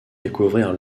découvrir